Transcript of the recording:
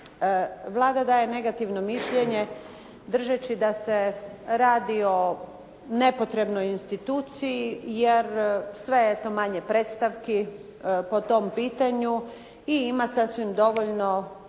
Vlada daje negativno mišljenje držeći da se radi o nepotrebnoj instituciji, jer sve je eto manje predstavki po tom pitanju i ima sasvim dovoljno